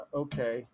okay